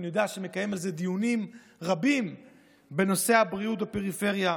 מקיים על זה דיונים רבים בנושא הבריאות בפריפריה.